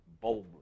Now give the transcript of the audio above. boldly